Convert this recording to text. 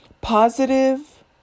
positive